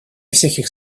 всяких